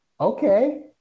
okay